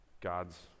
God's